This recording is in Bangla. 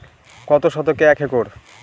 কত শতকে এক একর?